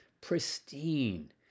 pristine